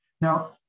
Now